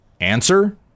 Answer